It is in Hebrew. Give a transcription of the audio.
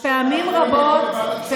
הינה, יעל בן משה בוועדת כספים.